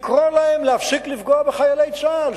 לקרוא להם להפסיק לפגוע בחיילי צה"ל.